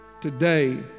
today